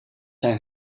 zijn